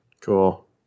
cool